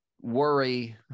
worry